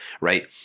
right